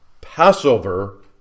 Passover